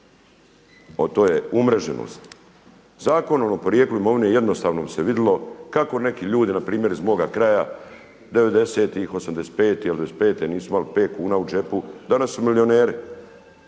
to je umreženost. Zakonom o porijeklu imovine jednostavno bi se vidjelo kako neki ljudi npr. iz moga kraja '90.-tih, '85. ili … nisu imali pet kuna u džepu, danas su milijuneri,